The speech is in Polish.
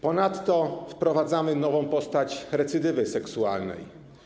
Ponadto wprowadzamy nową postać recydywy seksualnej.